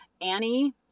Annie